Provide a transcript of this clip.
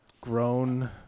grown